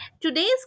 Today's